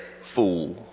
Fool